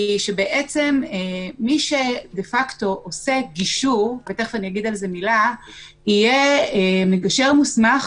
זה שמי שדה פקטו עושה גישור יהיה מגשר מוסמך